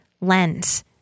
lens